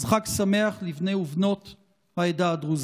אז חג שמח לבני ובנות העדה הדרוזית.